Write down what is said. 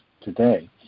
today